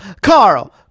Carl